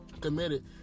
committed